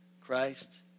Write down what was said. Christ